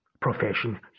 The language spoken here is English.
profession